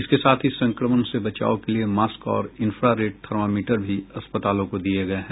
इसके साथ ही संक्रमण से बचाव के लिए मास्क और इन्फ्रारेड थर्मामीटर भी अस्पतालों को दिए गए हैं